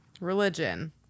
Religion